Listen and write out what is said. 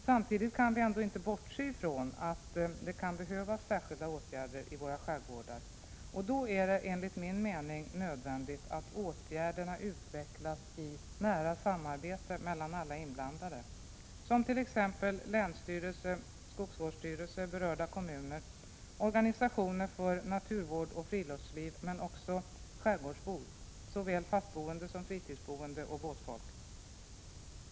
Samtidigt kan vi ändå inte bortse från att det kan behövas särskilda åtgärder i våra skärgårdar. Då är det enligt min mening nödvändigt att åtgärderna utvecklas i nära samarbete mellan alla inblandade, t.ex. länsstyrelse, skogsvårdsstyrelse, berörda kommuner, organisationer för naturvård och friluftsliv, men också skärgårdsbor — såväl fastboende som fritidsboende och båtfolk.